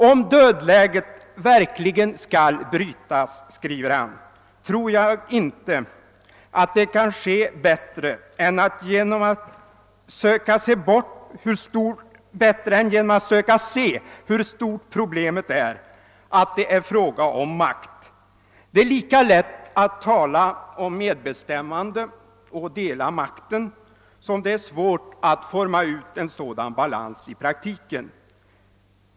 »Om dödläget verkligen skall brytas», skriver han, >»tror jag inte att det kan ske bättre än genom att söka se hur stort problemet är, att det är fråga om makt. Det är lika lätt att tala om medbestämmande och del av makten som det är svårt att forma ut en sådan balans i praktiken.